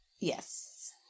Yes